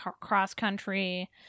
cross-country